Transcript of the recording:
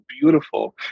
beautiful